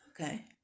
Okay